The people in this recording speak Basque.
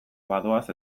badoaz